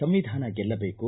ಸಂವಿಧಾನ ಗೆಲ್ಲಬೇಕು